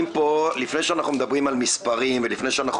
לפני שאנחנו מדברים על מספרים ולפני שאנחנו